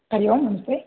हरिः ओं नमस्ते